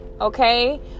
okay